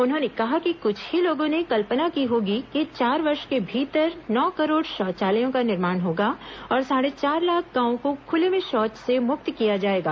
उन्होंने कहा कि कुछ ही लोगों ने कल्पना की होगी कि चार वर्ष के भीतर नौ करोड़ शौचालयों का निर्माण होगा और साढ़े चार लाख गांवों को खुले में शौच से मुक्त किया जाएगा